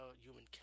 human